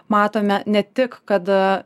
matome ne tik kad a